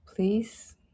Please